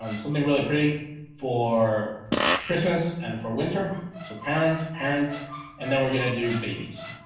um something really pretty for christmas and for winter so parents parent and then we're gonna do babies